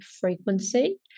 Frequency